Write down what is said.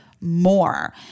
more